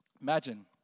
Imagine